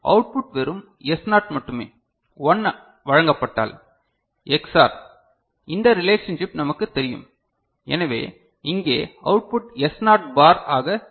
எனவே அவுட்புட் வெறும் S0 மட்டுமே 1 வழங்கப்பட்டால் Ex OR இந்த ரிலேஷன்ஷிப் நமக்குத் தெரியும் எனவே இங்கே அவுட்புட் S னாட் பார் ஆக இருக்கும்